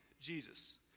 Jesus